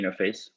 interface